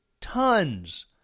tons